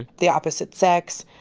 the opposite sex,